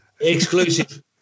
Exclusive